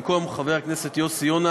במקום חבר הכנסת יוסי יונה